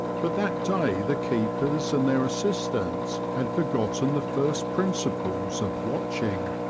but that day the keepers and their assistants had forgotten the first principles of watching.